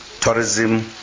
tourism